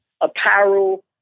apparel